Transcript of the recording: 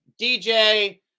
DJ